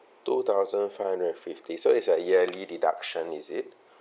two thousand five hundred and fifty so it's a yearly deduction is it